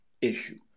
issue